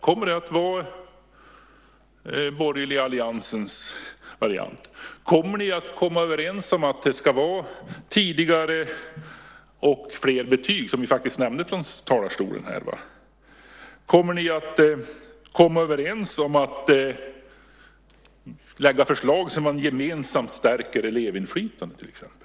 Kommer det att vara den borgerliga alliansens variant? Kommer ni att komma överens om att det ska vara tidigare och fler betyg, som ni faktiskt nämnde från talarstolen? Kommer ni att komma överens om att lägga fram förslag som gemensamt stärker elevinflytandet till exempel?